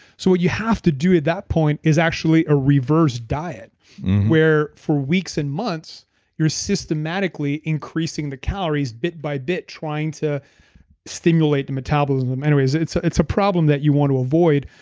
so what you have to do at that point is actually a reverse diet where for weeks and months you're systematically increasing the calories bit by bit trying to stimulate the metabolism, anyways it's it's a problem that you want to avoid.